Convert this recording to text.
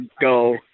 go